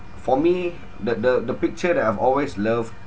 for me the the the picture that I've always loved